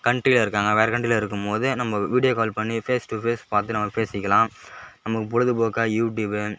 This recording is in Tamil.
கன்ட்ரியில இருக்காங்க வேறு கன்ட்ரியில இருக்கும்போது நம்ம வீடியோ கால் பண்ணி ஃபேஸ் டூ ஃபேஸ் பார்த்து நம்ம பேசிக்கலாம் நமக்கு பொழுதுபோக்காக யூடியூப்பு